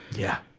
yeah.